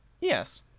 Yes